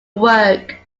work